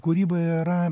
kūryba yra